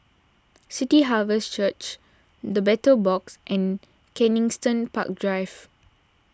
City Harvest Church the Battle Box and Kensington Park Drive